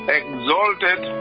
exalted